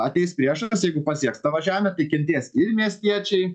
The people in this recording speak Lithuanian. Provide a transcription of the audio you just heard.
ateis priešas jeigu pasieks tavo žemę tai kentės ir miestiečiai